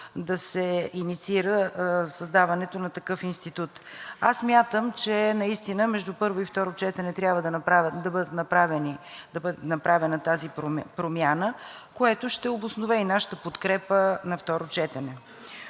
да се инициира създаването на такъв институт, аз смятам, че наистина между първо и второ четене трябва да бъде направена тази промяна, което ще обоснове и нашата подкрепа на второ четене.